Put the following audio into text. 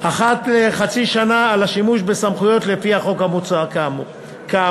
אחת לחצי שנה על השימוש בסמכויות לפי החוק המוצע כאמור.